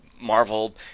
marvel